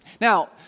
Now